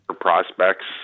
prospects